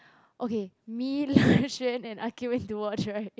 okay me Le-Chuan and Akeel went to watch right